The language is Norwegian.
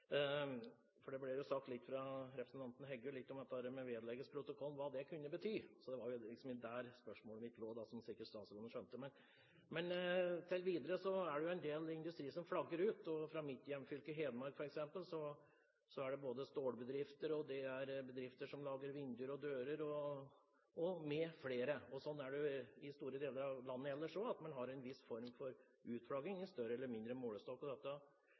statsråden. Det ble sagt litt fra representanten Andersen Eide om at saken vedlegges protokollen og hva det kunne bety. Det var der spørsmålet mitt lå, som statsråden sikkert skjønte. Videre er det en del industri som flagger ut. I mitt hjemfylke Hedmark er det både stålbedrifter og bedrifter som lager vinduer og dører. Sånn er det i store deler av landet ellers også, at man har en viss form for utflagging i større eller mindre målestokk.